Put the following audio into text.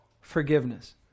forgiveness